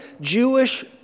Jewish